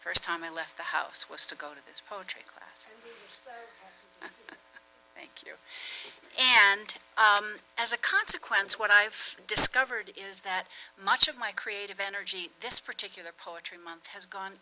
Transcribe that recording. the first time i left the house was to go to this poetry class thank you and as a consequence what i've discovered is that much of my creative energy this particular poetry month has gone